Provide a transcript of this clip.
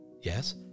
yes